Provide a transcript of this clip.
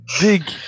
big